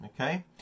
Okay